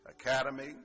Academy